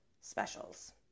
specials